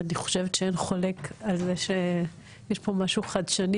אני חושבת שאין חולק על זה שיש פה משהו חדשני